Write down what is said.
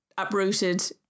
Uprooted